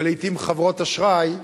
ולעתים חברות אשראי,